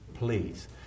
please